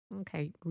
Okay